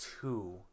two